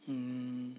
um